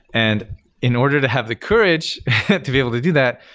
and in order to have the courage to be able to do that,